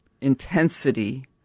intensity